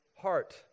heart